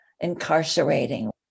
incarcerating